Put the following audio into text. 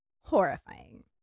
horrifying